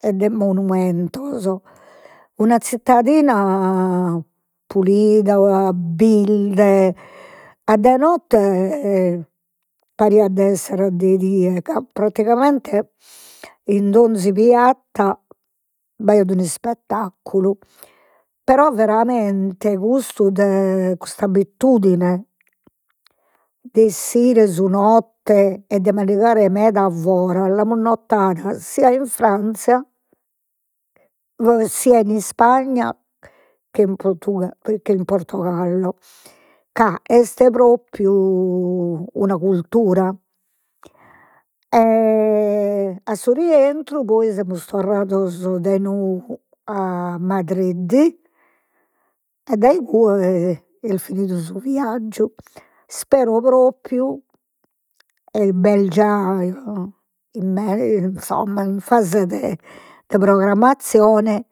E de monumentos, una zittadina pulida, birde, a de notte pariat de esser a de die, ca praticamente in donzi piatta b'aiat un'ispettaculu, però veramente custu de custa abbitudine de 'essire su notte e de mandigare meda fora, l'amus notada sia in Franza sia in Ispagna in che in Portogallo, ca est propriu una cultura. A su rientru poi semus torrados de nou a Madrid e dai incue est finidu su viaggiu, ispero propriu, e b'est già insomma in fase de programmassione